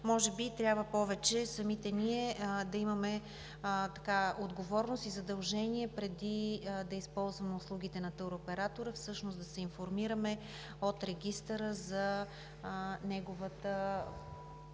Може би трябва повече самите ние да имаме отговорност и задължение, преди да използваме услугите на туроператора, всъщност да се информираме от Регистъра за неговата